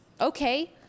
okay